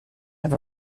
have